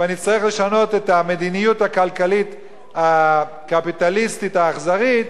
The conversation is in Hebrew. ואני אצטרך לשנות את המדיניות הכלכלית הקפיטליסטית האכזרית,